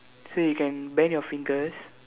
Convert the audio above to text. so you can bend your fingers